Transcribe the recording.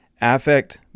Affect